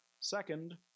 Second